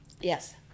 Yes